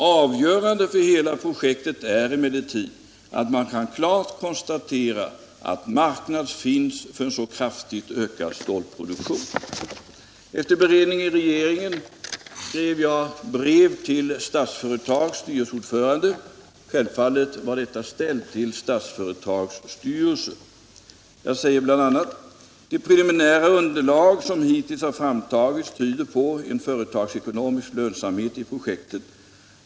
Avgörande för hela projektet är emellertid att man klart kan konstatera att det finns en marknad för en så kraftigt ökad stålproduktion.” Efter beredning i regeringen skrev jag ett brev till Statsföretags styrelseordförande. Självfallet var detta ställt till Statsföretags hela styrelse. Jag skrev bl.a.: ”Det preliminära underlag som hittills framtagits tyder på en företagsekonomisk lönsamhet i projektet.